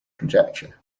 conjecture